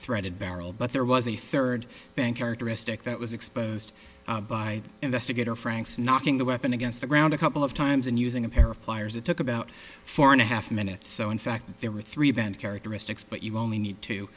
threaded barrel but there was a third bank characteristic that was exposed by investigator franks knocking the weapon against the ground a couple of times and using a pair of pliers it took about four and a half minutes so in fact there were three bend characteristics but you only need to